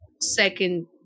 second